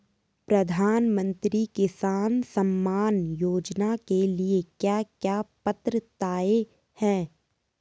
प्रधानमंत्री किसान सम्मान योजना के लिए क्या क्या पात्रताऐं हैं?